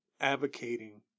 advocating